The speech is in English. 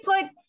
put